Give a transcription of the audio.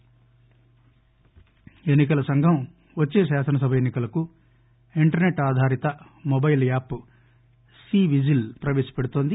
ఇసి app ఎన్ని కల సంఘం వచ్చే శాసనసభ ఎన్సి కలకు ఇంటర్సెట్ ఆధారిత మొబైల్ యాప్ సి విజిల్ ప్రవేశపెడుతోంది